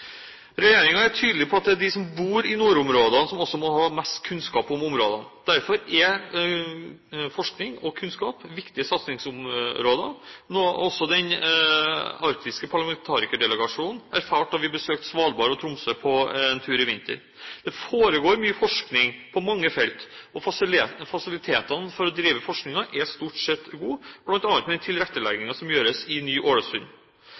er tydelig på at det er de som bor i nordområdene, som også må ha mest kunnskap om områdene. Derfor er forskning og kunnskap viktige satsingsområder, noe også den arktiske parlamentarikerdelegasjonen erfarte da vi besøkte Svalbard og Tromsø på en tur i vinter. Det foregår mye forskning på mange felt, og fasilitetene for å drive forskningen er stort sett gode, bl.a. med den tilretteleggingen som gjøres i